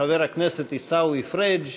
חבר הכנסת עיסאווי פריג'.